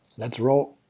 let's roll!